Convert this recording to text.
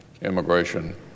immigration